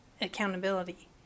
accountability